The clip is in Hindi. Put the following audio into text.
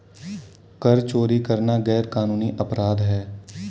कर चोरी करना गैरकानूनी अपराध है